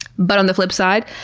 but on the flip side,